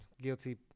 guilty